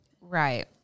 Right